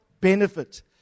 benefit